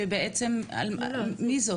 מי זאת?